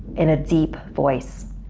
in a deep voice.